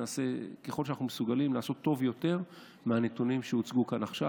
נעשה ככל שאנחנו מסוגלים כדי לעשות טוב יותר מהנתונים שהוצגו כאן עכשיו.